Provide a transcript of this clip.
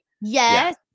Yes